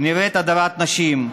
נראית הדרת נשים.